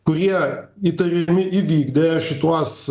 kurie įtariami įvykdę šituos